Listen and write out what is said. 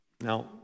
Now